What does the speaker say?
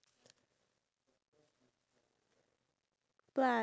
okay K um my question my question are you ready